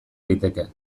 liteke